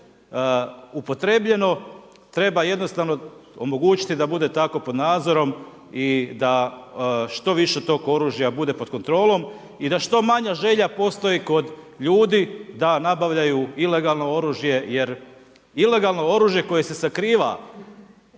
upotrebljeno treba jednostavno omogućiti da bude tako pod nadzorom i da što više tog oružja bude pod kontrolom i da što manja želja postoji kod ljudi da nabavljaju ilegalno oružje jer ilegalno oružje koje se sakriva